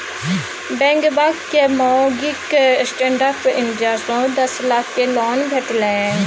बेंगबाक माउगीक stand up India सँ दस लाखक लोन भेटलनि